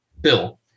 Bill